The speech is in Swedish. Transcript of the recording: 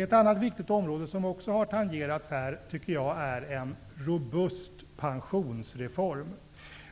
En annan viktig fråga som har tangerats här är en robust pensionsreform.